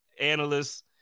analysts